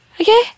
Okay